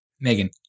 Megan